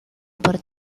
por